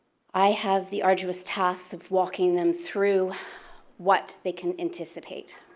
i have the arduous task of walking them through what they can anticipate.